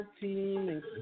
team